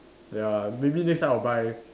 ya maybe next time I'll buy